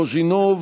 אנדרי קוז'ינוב,